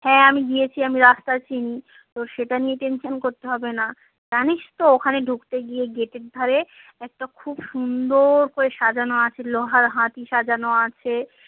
হ্যাঁ আমি গিয়েছি আমি রাস্তা চিনি তো সেটা নিয়ে টেনশান করতে হবে না জানিস তো ওখানে ঢুকতে গিয়ে গেটের ধারে একটা খুব সুন্দর করে সাজানো আছে লোহার হাতি সাজানো আছে